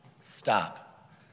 Stop